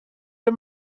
les